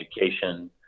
education